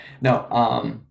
No